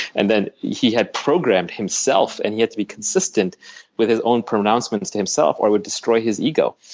and then he had programmed himself, and he had to be consistent with his own pronouncements to himself or it would destroy his ego.